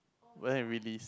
when release